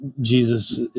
Jesus